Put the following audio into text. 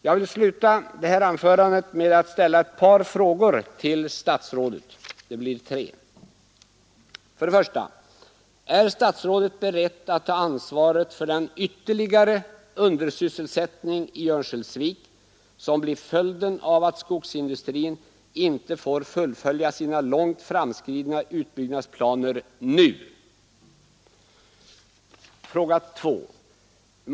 Jag vill sluta mitt anförande med att ställa tre frågor till statsrådet: 1. Är statsrådet beredd att ta ansvaret för den ytterligare undersysselsättning i Örnsköldsvik som blir följden av att skogsindustrin inte får fullfölja sina lågt framskridna utbyggnadsplaner nu? 2.